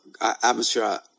atmosphere